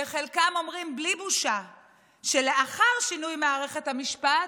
וחלקם אומרים בלי בושה שלאחר שינוי מערכת המשפט,